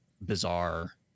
bizarre